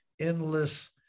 endless